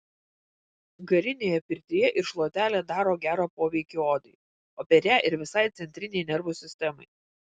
garinėje pirtyje ir šluotelė daro gerą poveikį odai o per ją ir visai centrinei nervų sistemai